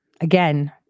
again